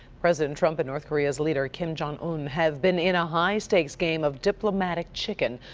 president trump and north korean leader kim jong-un have been in a high-stakes game of diplomatic chicken.